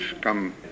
come